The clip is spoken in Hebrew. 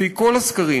לפי כל הסקרים,